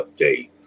update